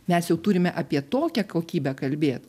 mes jau turime apie tokią kokybę kalbėt